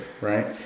right